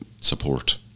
support